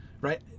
right